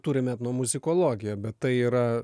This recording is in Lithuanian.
turim etnomuzikologiją bet tai yra